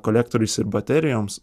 kolektoriais ir baterijoms